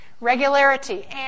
regularity